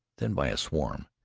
then by a swarm,